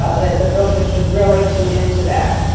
ah that the realtor should really tune into that.